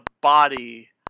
body